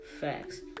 Facts